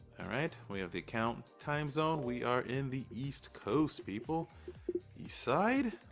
alright, we have the account time zone. we are in the east coast people eastside.